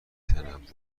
تنوع